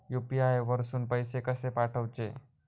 UPI वरसून पैसे कसे पाठवचे?